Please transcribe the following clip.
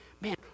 man